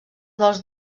dels